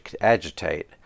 agitate